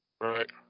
Right